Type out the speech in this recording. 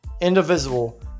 Indivisible